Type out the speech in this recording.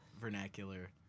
vernacular